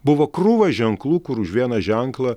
buvo krūva ženklų kur už vieną ženklą